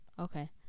Okay